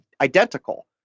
identical